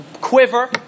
quiver